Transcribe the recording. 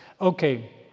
Okay